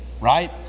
right